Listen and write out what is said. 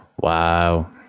Wow